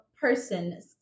person